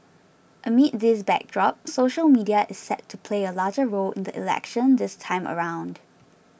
amid this backdrop social media is set to play a larger role in the election this time around